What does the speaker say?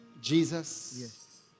Jesus